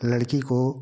लड़की को